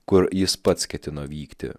kur jis pats ketino vykti